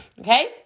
okay